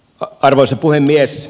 arvoisa puhemies